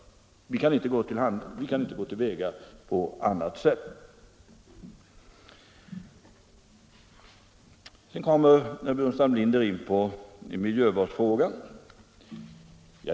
Vi kan inte gå till väga på annat sätt. Sedan kom herr Burenstam Linder in på miljövårdsfrågorna.